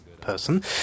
person